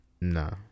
no